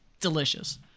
delicious